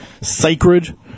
sacred